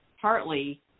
partly